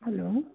hello